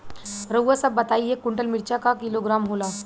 रउआ सभ बताई एक कुन्टल मिर्चा क किलोग्राम होला?